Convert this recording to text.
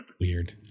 weird